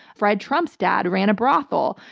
fred trump's dad ran a brothel.